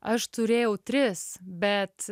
aš turėjau tris bet